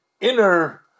inner